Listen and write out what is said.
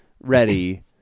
ready